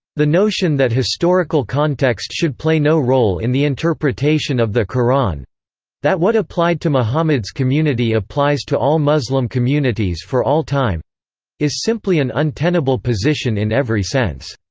the notion that historical context should play no role in the interpretation of the koran that what applied to muhammad's community applies to all muslim communities for all time is simply an untenable position in every sense.